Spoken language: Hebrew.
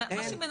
לפחות